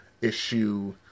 issue